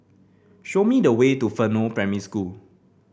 show me the way to Fernvale Primary School